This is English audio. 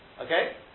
Okay